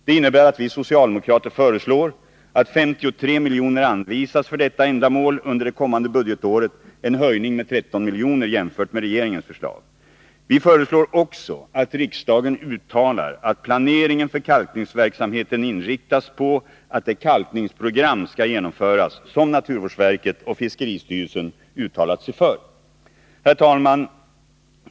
Det innebär att vi socialdemokrater föreslår att 53 milj.kr. anvisas för detta ändamål för det kommande budgetåret, en höjning med 13 milj.kr. jämfört med regeringens förslag. Vi föreslår också att riksdagen uttalar att planeringen för kalkningsverksamheten inriktas på att det kalkningsprogram skall genomföras som naturvårdsverket och fiskeristyrelsen uttalat sig för. Herr talman!